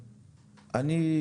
אני,